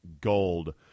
gold